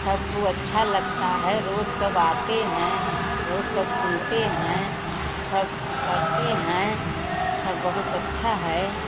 सबको अच्छा लगता है रोज सब आते हैं रोज सब सुनते हैं सब करते हैं सब बहुत अच्छा है